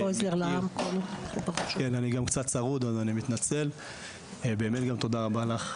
באמת גם תודה רבה לך,